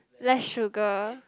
less sugar